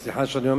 סליחה שאני אומר,